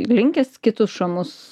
linkęs kitus šamus